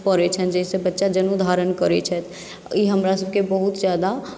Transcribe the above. पड़ैत छनि जाहिसँ बच्चा जनेउ धारण करैत छथि ई हमरासभके बहुत ज्यादा